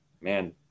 man